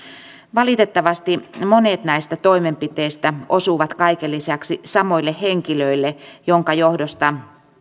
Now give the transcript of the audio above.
valitettavasti monet näistä toimenpiteistä osuvat kaiken lisäksi samoille henkilöille minkä johdosta yhä